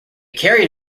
carried